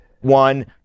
one